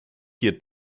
hier